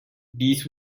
this